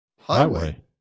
highway